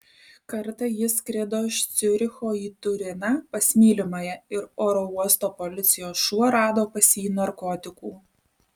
kartą jis skrido iš ciuricho į turiną pas mylimąją ir oro uosto policijos šuo rado pas jį narkotikų